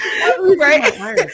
Right